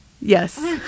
Yes